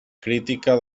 crítica